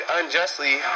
unjustly